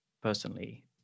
personally